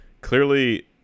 clearly